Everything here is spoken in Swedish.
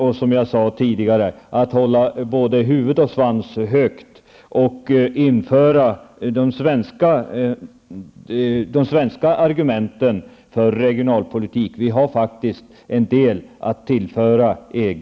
Och som jag sade tidigare skall man hålla både huvudet och svansen högt och framföra de svenska argumenten för regionalpolitiken. Även vi har faktiskt en del att tillföra EG.